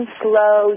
slow